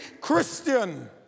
Christian